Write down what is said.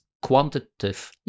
quantitative